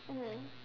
mm